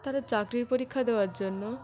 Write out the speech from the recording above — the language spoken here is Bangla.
তারা চাকরির পরীক্ষা দেওয়ার জন্য